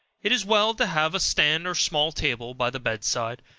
it is well to have a stand or small table by the bed-side,